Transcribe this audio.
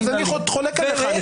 אז אני חולק עליך.